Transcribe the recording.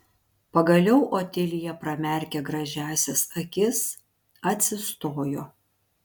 pagaliau otilija pramerkė gražiąsias akis atsistojo